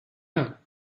out